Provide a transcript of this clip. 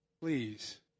Please